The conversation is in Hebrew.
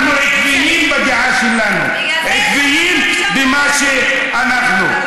אנחנו עקביים בדעה שלנו, עקביים במה שאנחנו.